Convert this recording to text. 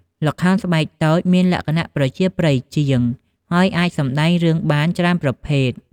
ល្ខោនស្បែកតូចមានលក្ខណៈប្រជាប្រិយជាង ហើយអាចសម្តែងរឿងបានច្រើនប្រភេទ ។